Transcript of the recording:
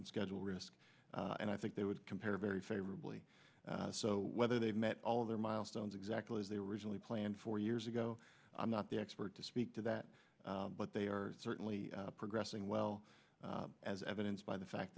and schedule risk and i think they would compare very favorably so whether they've met all of their milestones exactly as they were originally planned four years ago i'm not the expert to speak to that but they are certainly progressing well as evidenced by the fact